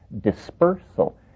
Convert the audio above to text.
dispersal